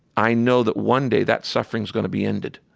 i know that, one day, that suffering's going to be ended.